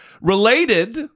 related